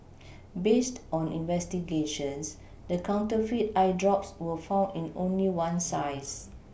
based on investigations the counterfeit eye drops were found in only one size